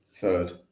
Third